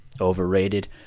overrated